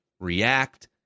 react